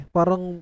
Parang